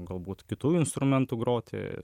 galbūt kitu instrumentu groti